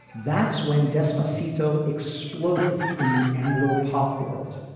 that's when despacito exploded in the anglo pop world,